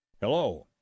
Hello